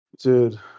dude